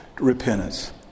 repentance